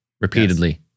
repeatedly